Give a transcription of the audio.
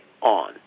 on